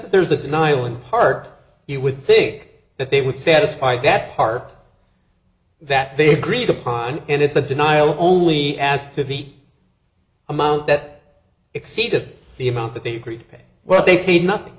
that there's a denial in part you would think that they would satisfy that part that they agreed upon and it's a denial only as to feet amount that exceeded the amount that they agreed to pay what they paid nothing